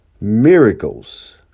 miracles